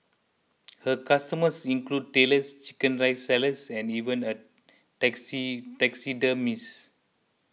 her customers include Tailors Chicken Rice sellers and even a taxi taxidermists